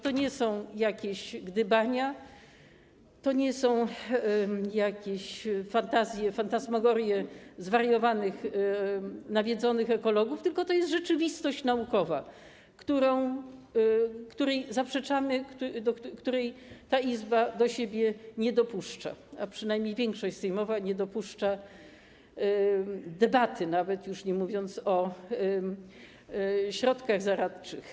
To nie są jakieś gdybania, to nie są jakieś fantazje, fantasmagorie zwariowanych, nawiedzonych ekologów, tylko to jest rzeczywistość naukowa, której zaprzeczamy, której ta Izba do siebie nie dopuszcza - a przynajmniej większość sejmowa nie dopuszcza nawet debaty, już nie mówiąc o środkach zaradczych.